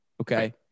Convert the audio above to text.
Okay